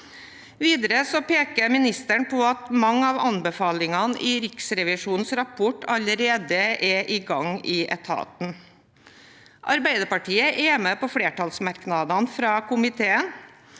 Videre peker ministeren på at mange av anbefalingene i Riksrevisjonens rapport allerede er i gang i etaten. Arbeiderpartiet er med på flertallsmerknadene fra komiteen.